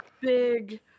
Big